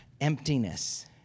emptiness